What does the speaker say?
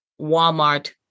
Walmart